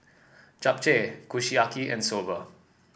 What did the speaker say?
Japchae Kushiyaki and Soba